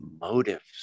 motives